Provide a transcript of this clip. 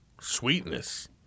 Sweetness